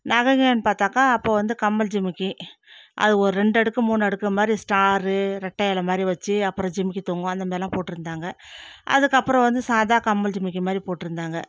நகைங்கன்னு பார்த்தாக்க அப்போது வந்து கம்மல் ஜிமிக்கி அது ஒரு ரெண்டு அடுக்கு மூணு அடுக்கு மாதிரி ஸ்டார் ரெட்டை இல மாதிரி வச்சு அப்புறம் ஜிமிக்கி தொங்கும் அந்த மாதிரிலாம் போட்டிருந்தாங்க அதுக்கப்புறம் வந்து சாதா கம்மல் ஜிமிக்கி மாதிரி போட்டிருந்தாங்க